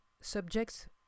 subjects